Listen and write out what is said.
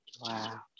Wow